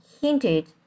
hinted